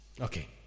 Okay